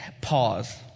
pause